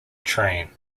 train